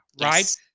right